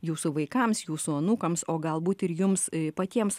jūsų vaikams jūsų anūkams o galbūt ir jums patiems